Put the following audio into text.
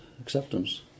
acceptance